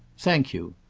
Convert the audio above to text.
thank you.